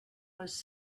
was